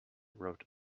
wrote